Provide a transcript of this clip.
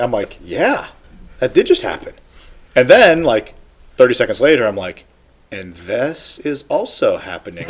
mit yeah i did just happen and then like thirty seconds later i'm like and this is also happening